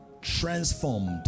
transformed